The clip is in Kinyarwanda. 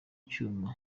cyuma